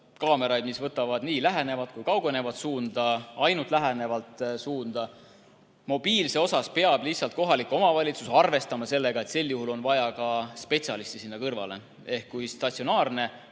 kaameraid, mis võtavad nii lähenevat kui kaugenevat suunda või siis ainult lähenevat suunda. Mobiilse kaamera puhul peab kohalik omavalitsus arvestama, et sel juhul on vaja ka spetsialisti sinna kõrvale. Ehk kui statsionaarne